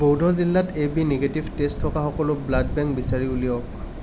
বৌধ জিলাত A B negative তেজ থকা সকলো ব্লাড বেংক বিচাৰি উলিয়াওক